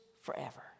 forever